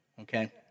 okay